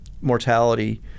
mortality